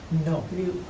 no, no.